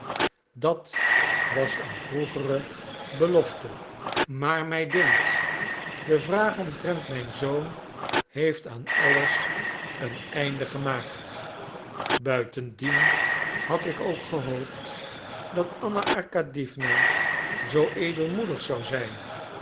dat was een vroegere belofte maar mij dunkt de vraag omtrent mijn zoon heeft aan alles een einde gemaakt buitendien had ik ook gehoopt dat anna arkadiewna zoo edelmoedig zou zijn